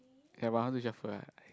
at !wah! how to shuffle ah